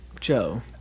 Joe